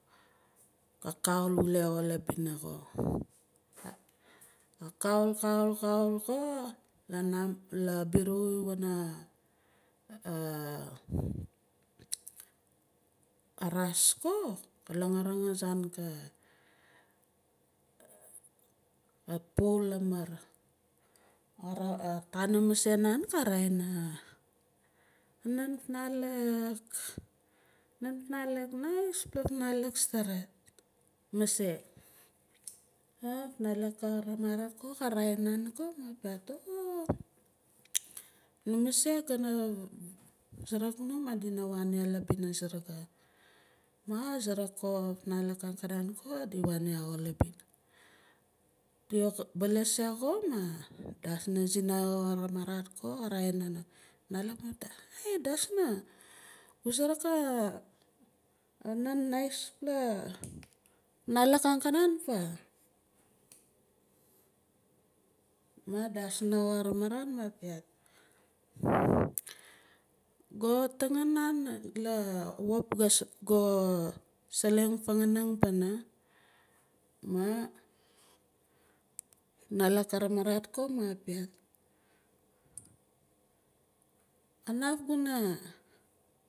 Ka kaul wule la bina ko ka kaul kaul kaul kaul ko la biru wana araas ko ka langarang azaan ka pow lamar ka tanim mase nan ka raa- in nat fanalak natfanalak nicepla fanalak steret mase afnalak ko ramarat ko ka raa- in nan ko ma ka piaat oh nu mase gana suruk nu madina waan ya labina saraga ma ka sarak ko afnalak angkare ko diwaan ko labina di baalas ya xo ma dasna sina ko ka angkanan faa ma dasna ko ka ramarat maa ka piaat ka tangan nan lawop go saleng fanganing pana maa afnalak ka ramarat ko maah ka piaat kanaf guna.